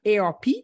ARP